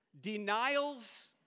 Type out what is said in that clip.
Denials